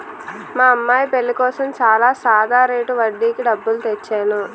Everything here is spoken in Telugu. మా అమ్మాయి పెళ్ళి కోసం చాలా సాదా రేటు వడ్డీకి డబ్బులు తెచ్చేను